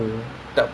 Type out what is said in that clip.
!ee!